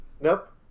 Nope